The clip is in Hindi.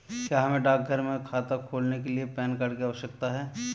क्या हमें डाकघर में खाता खोलने के लिए पैन कार्ड की आवश्यकता है?